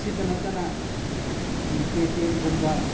seat ꯅꯠꯇꯅ ꯄꯦ ꯇꯤ ꯑꯦꯝꯒꯨꯝꯕ